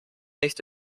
nicht